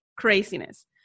craziness